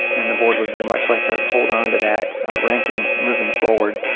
and the board would very much like to hold on to that ranking moving forward.